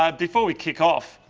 um before we kick off,